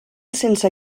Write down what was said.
sense